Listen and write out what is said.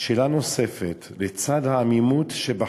שאלה נוספת: "לצד העמימות שבחוק,